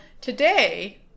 today